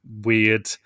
weird